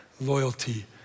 Loyalty